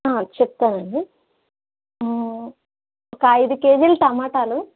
చెప్తానండీ ఒక అయిదు కేజీలు టమాటాలు